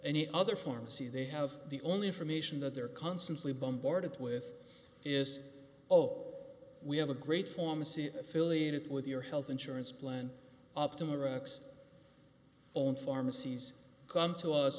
any other pharmacy they have the only information that they're constantly bombarded with is oh we have a great form a c affiliated with your health insurance plan optima rocks own pharmacies come to us